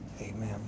Amen